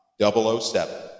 007